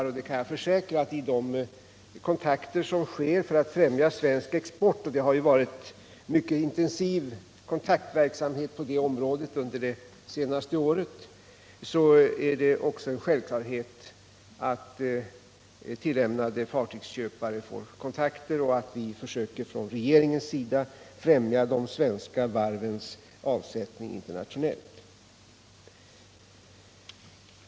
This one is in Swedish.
Jag kan försäkra att det är en självklarhet att tillämnade fartygsköpare får kontakter genom det arbete som bedrivs för att främja svensk export — det har varit en mycket intensiv kontaktverksamhet på området under det senaste året — och att regeringen försöker främja de svenska varvens avsättning internationellt.